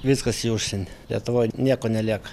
viskas į užsienį lietuvoj nieko nelieka